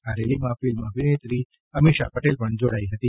આ રેલીમાં ફિલ્મ અભિનેત્રી અમિષા પટેલ પણ જોડાઈ હતી